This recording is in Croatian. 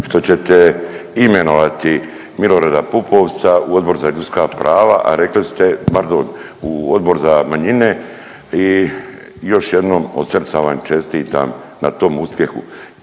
što ćete imenovati Milorada Pupovca u Odbor za ljudska prava, a rekli ste, pardon u Odbor za manjine i još jednom od srca vam čestitam na tom uspjehu.